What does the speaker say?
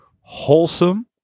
wholesome